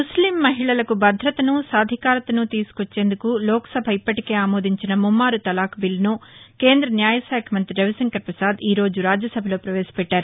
ముస్లిం మహిళలకు భదతను సాధికారతను తీసుకొచ్చేందుకు లోక్సభ ఇప్పలికే ఆమోదించిన ముమ్మారు తలాక్ బీల్లను కేంద్ర న్యాయశాఖ మంతి రవిశంకర్ పసాద్ ఈరోజు రాజ్యసభలో ప్రపేశపెట్టారు